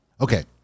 Okay